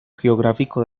geográfico